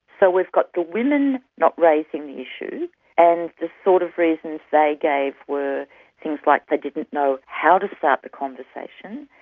so we've got the women not raising the issue and the sort of reasons they gave were things like they didn't know how to start the conversation,